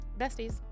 besties